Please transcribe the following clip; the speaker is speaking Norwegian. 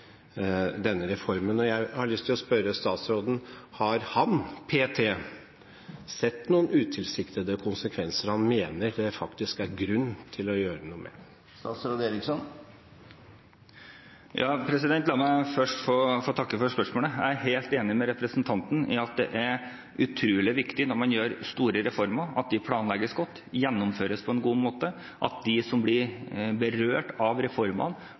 denne reformen. Jeg har lyst til å spørre statsråden: Har han p.t. sett noen utilsiktede konsekvenser han mener det faktisk er grunn til å gjøre noe med? La meg først få takke for spørsmålet. Jeg er helt enig med representanten i at det er utrolig viktig når man gjør store reformer, at de planlegges godt og gjennomføres på en god måte, og at de som blir berørt av reformene,